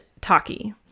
taki